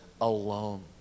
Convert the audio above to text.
alone